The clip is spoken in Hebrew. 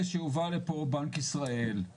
אין זה סוד שהמשבר שאנחנו חווים בנדל"ן הוא חסר